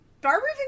Barbara